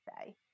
say